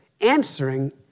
answering